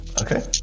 Okay